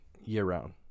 year-round